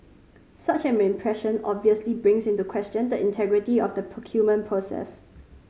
such an impression obviously brings into question the integrity of the procurement process